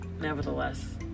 nevertheless